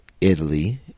Italy